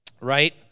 right